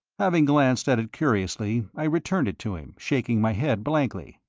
having glanced at it curiously i returned it to him, shaking my head blankly.